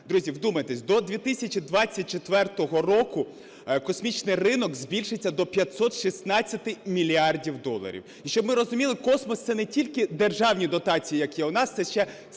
Друзі, вдумайтесь, до 2024 року космічний ринок збільшиться до 516 мільярдів доларів. І щоб ми розуміли, космос – це не тільки державні дотації, які є у нас, це ще